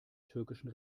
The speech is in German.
türkischen